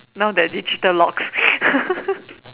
now there digital lock